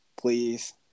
please